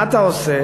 מה אתה עושה?